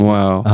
Wow